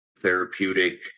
Therapeutic